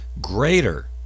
greater